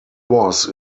was